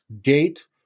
date